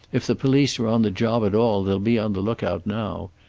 if the police are on the job at all they'll be on the lookout now.